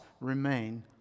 remain